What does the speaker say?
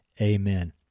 Amen